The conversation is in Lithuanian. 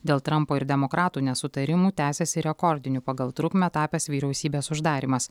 dėl trampo ir demokratų nesutarimų tęsiasi rekordiniu pagal trukmę tapęs vyriausybės uždarymas